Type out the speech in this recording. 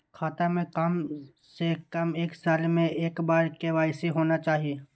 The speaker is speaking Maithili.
खाता में काम से कम एक साल में एक बार के.वाई.सी होना चाहि?